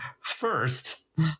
first